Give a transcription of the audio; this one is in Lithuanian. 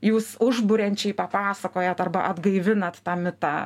jūs užburiančiai papasakojat arba atgaivinat tą mitą